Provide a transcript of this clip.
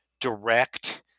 direct